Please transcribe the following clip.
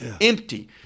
empty